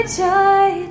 joy